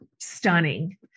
stunning